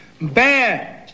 Bad